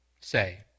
say